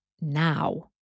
now